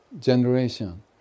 generation